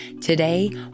today